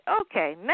Okay